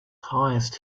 highest